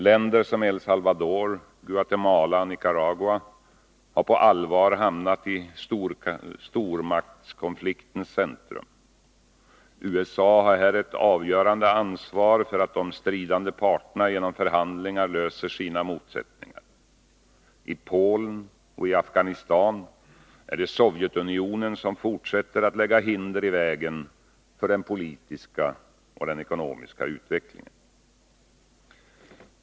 Länder som El Salvador, Guatemala och Nicaragua har på allvar hamnat i supermaktskonfliktens centrum. USA har här ett avgörande ansvar för att de stridande parterna genom förhandlingar löser sina motsättningar. I Polen och Afghanistan är det Sovjetunionen som fortsätter att lägga hinder i vägen för den politiska och ekonomiska utvecklingen.